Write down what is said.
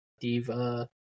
diva